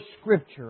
Scripture